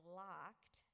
locked